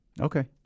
Okay